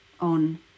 on